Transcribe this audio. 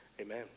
amen